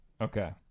Okay